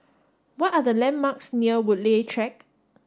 what are the landmarks near Woodleigh Track